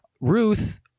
Ruth